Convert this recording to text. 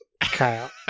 Kyle